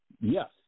Yes